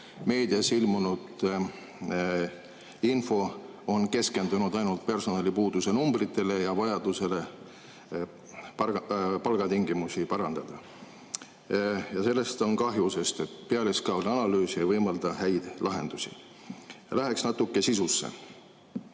Meedias ilmunud info on keskendunud ainult personalipuuduse numbritele ja vajadusele palgatingimusi parandada. Ja sellest on kahju, sest pealiskaudne analüüs ei võimalda häid lahendusi. Läheks natuke sisusse.